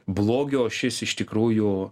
blogio ašis iš tikrųjų